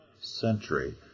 century